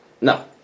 No